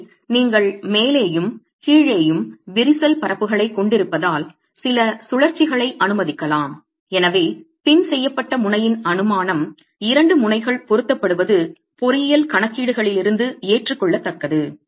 எனவே நீங்கள் மேலேயும் கீழேயும் விரிசல் பரப்புகளைக் கொண்டிருப்பதால் சில சுழற்சிகளை அனுமதிக்கலாம் எனவே பின் செய்யப்பட்ட முனையின் அனுமானம் இரண்டு முனைகள் பொருத்தப்படுவது பொறியியல் கணக்கீடுகளிலிருந்து ஏற்றுக்கொள்ளத்தக்கது